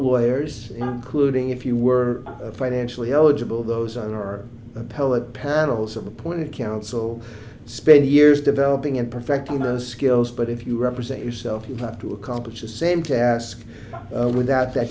lawyers including if you were financially eligible those are appellate panels of appointed counsel spend years developing and perfecting a skills but if you represent yourself you have to accomplish the same task without that